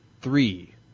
three